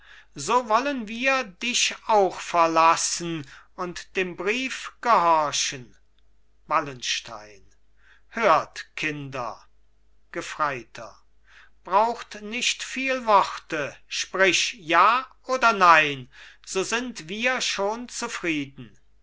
so wollen wir dich auch verlassen und dem brief gehorchen wallenstein hört kinder gefreiter braucht nicht viel worte sprich ja oder nein so sind wir schon zufrieden